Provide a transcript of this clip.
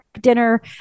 dinner